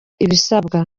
ibisabwa